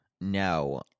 No